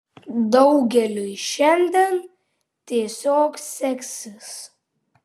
daugeliui šiandien tiesiog seksis